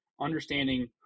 understanding